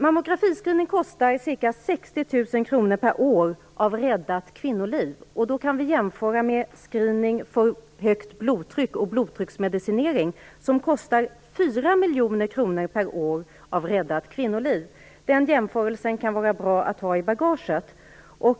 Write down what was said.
Mammografiscreening kostar ca 60 000 kr per år i räddat kvinnoliv. Det kan vi jämföra med screening för högt blodtryck och blodtrycksmedicinering som kostar 4 miljoner kronor per år i räddat kvinnoliv. Den jämförelsen kan vara bra att ha i bagaget.